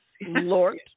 lord